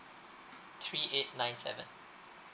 three eight nine seven